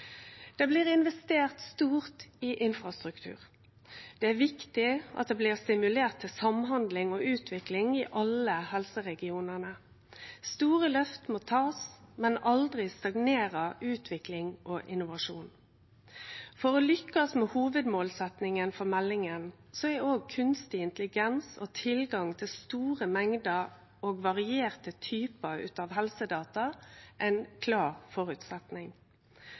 Det blir investert stort i infrastruktur. Det er viktig at det blir stimulert til samhandling og utvikling i alle helseregionane. Ein må ta store løft, men aldri stagnere utvikling og innovasjon. For å lykkast med hovudmålsetjinga for meldinga er òg kunstig intelligens og tilgang til store mengder og varierte typar helsedata ein klar